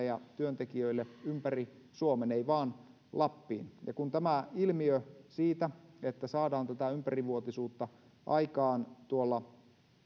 ja työntekijöille ympäri suomen ei vain lappiin kun tämä ilmiö että saadaan tätä ympärivuotisuutta aikaan tuolla